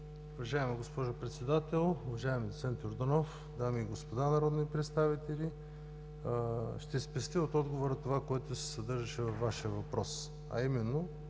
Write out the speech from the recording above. Уважаема госпожо Председател, дами и господа народни представители! Ще спестя от отговора това, което се съдържаше във Вашия въпрос, а именно,